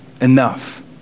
enough